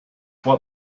what